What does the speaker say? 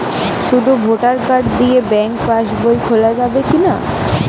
শুধু voter card দিয়ে bank pass বই খোলা যাবে কিনা?